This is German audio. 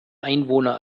einwohner